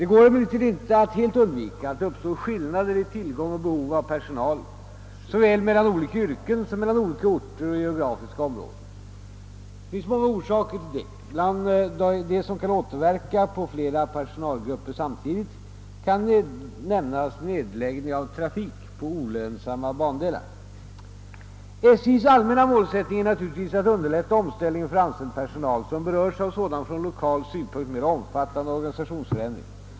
Det går emellertid ej att helt undvika, att det uppstår skillnader i tillgång och behov av personal, såväl mellan olika yrken som mellan olika orter och geografiska områden. Orsakerna härtill är många. Bland dem som kan återverka på flera personalgrupper samtidigt kan nämnas nedläggning av trafik på olönsamma bandelar. SJ:s allmänna målsättning är naturligtvis att underlätta omställningen för anställd personal, som berörs av sådan från lokal synpunkt mera omfattande organisationsförändring.